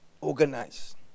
organized